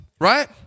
right